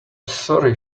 sorry